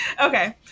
okay